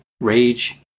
rage